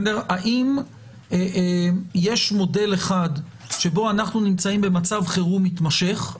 האם יש מודל אחד שבו אנחנו נמצאים במצב חירום מתמשך,